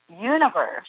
universe